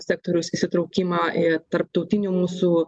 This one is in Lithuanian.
sektoriaus įsitraukimą tarptautinių mūsų